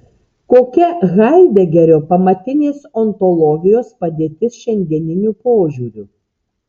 kokia haidegerio pamatinės ontologijos padėtis šiandieniu požiūriu